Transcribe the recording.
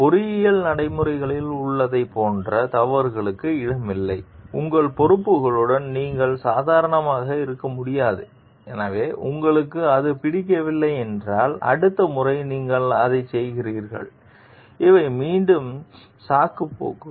பொறியியல் நடைமுறைகளில் உள்ளதைப் போன்ற தவறுகளுக்கு இடமில்லை உங்கள் பொறுப்புகளுடன் நீங்கள் சாதாரணமாக இருக்க முடியாது எனவே உங்களுக்கு அது பிடிக்கவில்லை என்றால் அடுத்த முறை நீங்கள் அதைச் செய்கிறீர்கள் இவை மீண்டும் சாக்குப்போக்குகள்